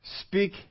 speak